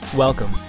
Welcome